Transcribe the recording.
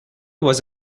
was